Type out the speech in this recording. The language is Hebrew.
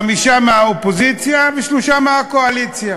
חמישה מהקואליציה ושלושה מהאופוזיציה,